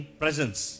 presence